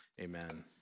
amen